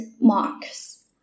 marks